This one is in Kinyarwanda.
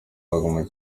umukinnyi